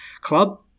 club